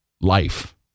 life